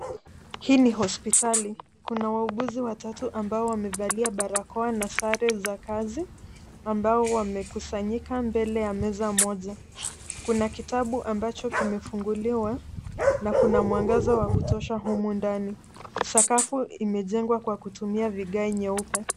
Hii ni hospitali, kuna wauguzi watatu ambao wamevalia barakoa na sare za kazi ambao wamekusanyika mbele ya meza moja. Kuna kitabu ambacho kimefunguliwa, na kuna mwangaza wa kutosha humo ndani. Sakafu imejengwa kwa kutumia vigae nyeupe.